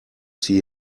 see